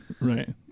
Right